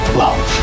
love